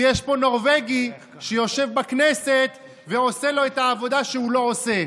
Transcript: ויש פה נורבגי שיושב בכנסת ועושה לו את העבודה שהוא לא עושה,